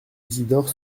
isidore